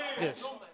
Yes